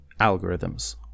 algorithms